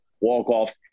walk-off